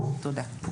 תודה.